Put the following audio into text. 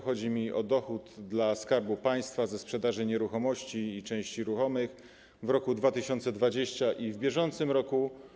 Chodzi mi o dochód dla Skarbu Państwa ze sprzedaży nieruchomości i części ruchomych w roku 2020 i w bieżącym roku.